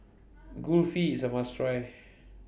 Kulfi IS A must Try